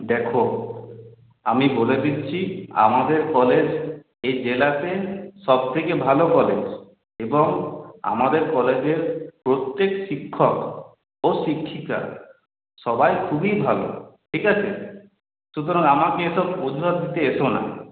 দেখো আমি বলে দিচ্ছি আমাদের কলেজ এই জেলাতে সব থেকে ভালো কলেজ এবং আমাদের কলেজের প্রত্যেক শিক্ষক ও শিক্ষিকা সবাই খুবই ভালো ঠিক আছে সুতরাং আমাকে এসব বোঝাতে এসো না